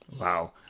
Wow